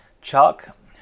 Chuck